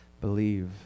Believe